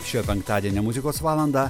šio penktadienio muzikos valandą